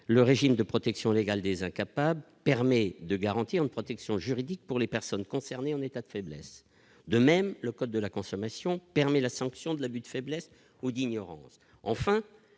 le régime de protection légale des incapables, permet de garantir une protection juridique pour les personnes concernées en état de faiblesse, de même le code de la consommation permet la sanction de l'abus de faiblesse ou d'ignorance, enfin